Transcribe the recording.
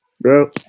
Bro